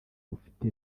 bufite